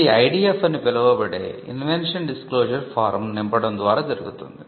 ఇది ఐడిఎఫ్ అని పిలవబడే ఇన్వెన్షన్ డిస్క్లోశర్ ఫారం నింపడం ద్వారా జరుగుతుంది